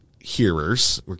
hearers